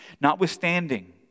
Notwithstanding